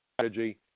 strategy